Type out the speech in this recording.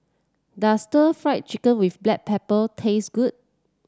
does stir Fry Chicken with Black Pepper taste good